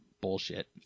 bullshit